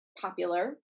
popular